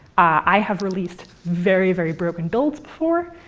i have released very, very broken builds before,